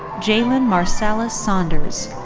jalen marsalis saunders.